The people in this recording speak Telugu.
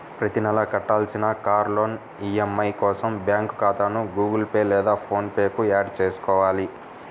ప్రతి నెలా కట్టాల్సిన కార్ లోన్ ఈ.ఎం.ఐ కోసం బ్యాంకు ఖాతాను గుగుల్ పే లేదా ఫోన్ పే కు యాడ్ చేసుకోవాలి